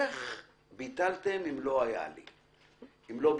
איך ביטלתם אם לא היה לי, אם לא ביקשתי?